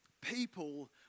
people